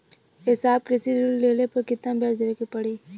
ए साहब कृषि ऋण लेहले पर कितना ब्याज देवे पणी?